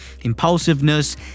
impulsiveness